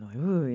ooh! and